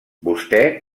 vostè